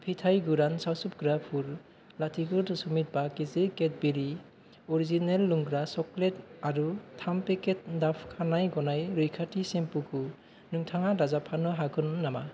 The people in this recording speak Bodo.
फिथाइ गोरान सावसोबग्राफोर लाथिख' दश'मिक बा केजि केडबेरि अरिजिनेल लोंग्रा चक्लेट आरो थाम पेकेट दाभ खानाय गनाय रैखाथि सेम्पुखौ नोंथाङा दाजाब फानो हागोन नामा